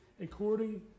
according